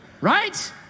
right